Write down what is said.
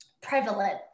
prevalent